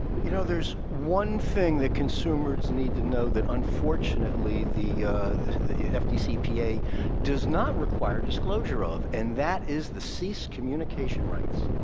you know, there's one thing that consumers need to know that, unfortunately, the fdcpa does not require disclosure of, and that is the cease communication rights.